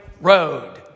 road